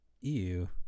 Ew